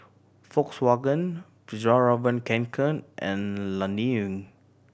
Volkswagen Fjallraven Kanken and Laneige